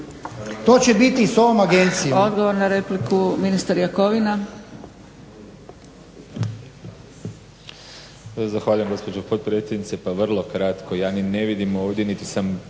To će biti i sa ovom agencijom.